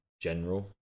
general